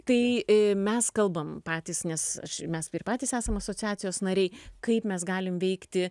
tai mes kalbam patys nes mes ir patys esam asociacijos nariai kaip mes galim veikti